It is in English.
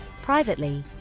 Privately